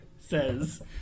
says